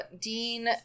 Dean